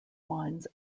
wines